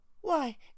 Why